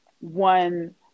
one